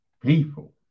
people